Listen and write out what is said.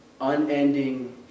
unending